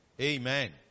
Amen